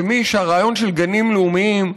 כמי שהרעיון של גנים לאומיים,